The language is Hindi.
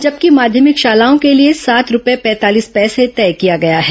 जबकि माध्यमिक शालाओं के लिए सात रूपए पैंतालीस पैसे तय किया गया है